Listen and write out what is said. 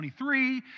23